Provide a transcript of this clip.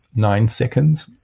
nine seconds,